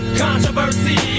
controversy